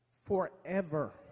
forever